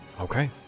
Okay